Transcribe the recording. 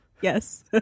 Yes